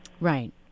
Right